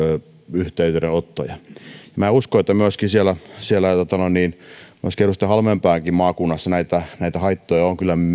yhteydenottoja ja uskon että siellä siellä edustaja halmeenpäänkin maakunnassa näitä näitä haittoja on kyllä